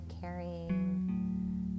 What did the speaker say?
carrying